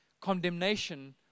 condemnation